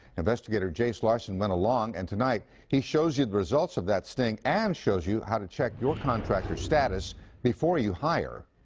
investigator jace larson went along and tonight he shows you the results of that sting and shows you how to check your contractor's status before you hire.